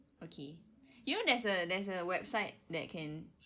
okay you know there's a there's a website that can what